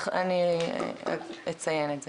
אני אציין את זה.